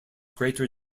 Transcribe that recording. greater